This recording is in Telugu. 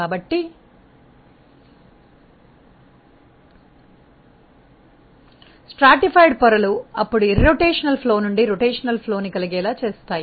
కాబట్టి స్ట్రాటిఫైడ్ పొరలు అప్పుడు భ్రమణ రహిత ప్రవాహం నుండి భ్రమణాన్ని కలిగేలా చేస్తాయి